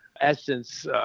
Essence